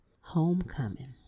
Homecoming